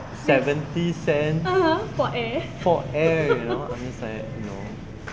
seventy cents for air you know I mean it's like no